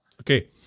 Okay